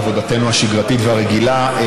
לעבודתנו השגרתית והרגילה.